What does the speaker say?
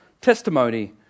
testimony